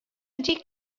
ydy